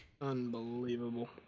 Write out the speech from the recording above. Unbelievable